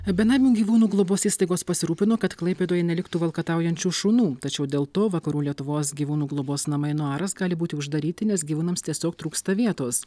benamių gyvūnų globos įstaigos pasirūpino kad klaipėdoje neliktų valkataujančių šunų tačiau dėl to vakarų lietuvos gyvūnų globos namai nuaras gali būti uždaryti nes gyvūnams tiesiog trūksta vietos